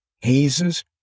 hazes